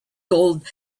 gold